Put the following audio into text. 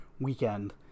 weekend